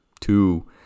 two